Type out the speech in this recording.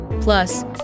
Plus